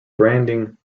branding